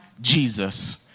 Jesus